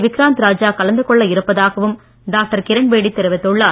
விக்ராந்த் ராஜா கலந்து கொள்ள இருப்பதாகவும் டாக்டர் கிரண்பேடி தெரிவித்துள்ளார்